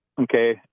Okay